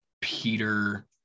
Peter